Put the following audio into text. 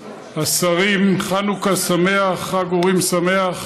השרים, חנוכה שמח, חג אורים שמח.